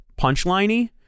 punchline-y